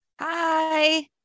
Hi